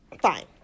fine